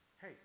Hey